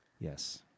Yes